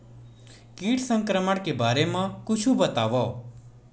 कीट संक्रमण के बारे म कुछु बतावव?